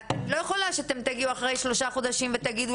אני לא יכולה שאתם תגיעו אחרי שלושה חודשים ותגידו